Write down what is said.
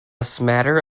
smatter